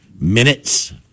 minutes